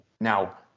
Now